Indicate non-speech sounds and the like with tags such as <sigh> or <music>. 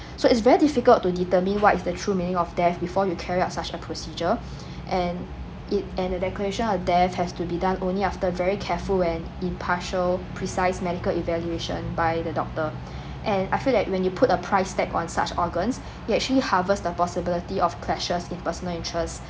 so it's very difficult to determine what is the true meaning of death before you carry out such a procedure <breath> and it and the declaration of death has to be done only after very careful when impartial precise medical evaluation by the doctor <breath> and I feel that when you put a price tag on such organs <breath> it actually harvest the possibility of clashes in personal interests